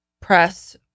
press